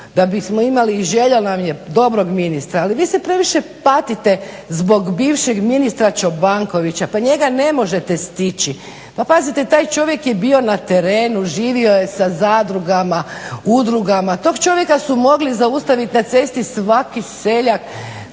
da bi smo imali i želja nam je dobrog ministra. Ali vi se previše patite zbog bivšeg ministra Čobankovića, pa njega ne možete stići. Pa pazite taj čovjek je bio na terenu, živio je sa zadrugama, udrugama, tog čovjeka su mogli zaustavit na cesti svaki seljak,